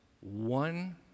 one